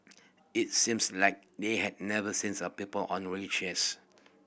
it seems like they had never since a people on wheelchairs